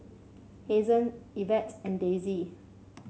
Hazen Evette and Daisy